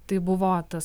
tai buvo tas